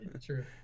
true